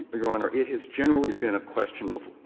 ah your honor, it has generally been a question of